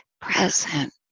present